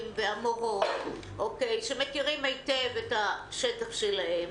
והמורים והמורות, שמכירים היטב את השטח שלהם,